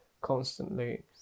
constantly